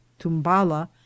tumbala